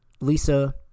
Lisa